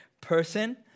person